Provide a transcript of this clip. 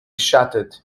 shattered